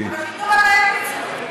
אבל קיבלו גם מהם פיצוי.